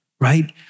right